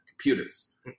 computers